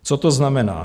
Co to znamená?